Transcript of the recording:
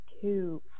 two